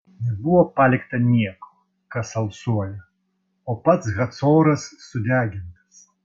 nebuvo palikta nieko kas alsuoja o pats hacoras sudegintas